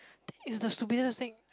think is the stupidest thing